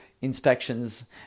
inspections